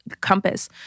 compass